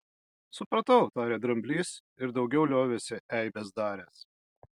supratau tarė dramblys ir daugiau liovėsi eibes daręs